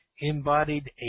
embodied